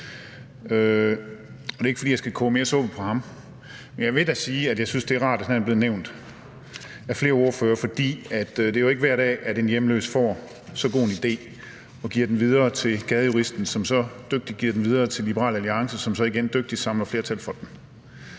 Det er ikke, fordi jeg skal koge mere suppe på ham, men jeg vil da sige, at jeg synes, det er rart, at han er blevet nævnt af flere ordførere. For det er jo ikke hver dag, en hjemløs får så god en idé og giver den videre til Gadejuristen, som så dygtigt giver den videre til Liberal Alliance, som så igen dygtigt samler flertal for den.